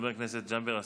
חבר הכנסת ג'אבר עסאקלה,